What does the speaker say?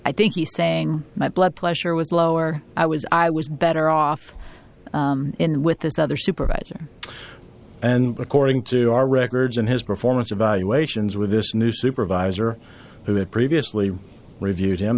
i think he's saying my blood pressure was lower i was i was better off in with this other supervisor and according to our records and his performance evaluations with this new supervisor who had previously reviewed him